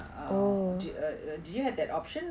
uh did you have that option